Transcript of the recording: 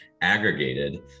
aggregated